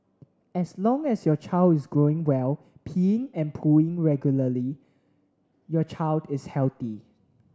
as long as your child is growing well peeing and pooing regularly your child is healthy